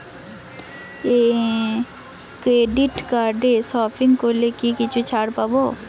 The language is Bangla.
ক্রেডিট কার্ডে সপিং করলে কি কিছু ছাড় পাব?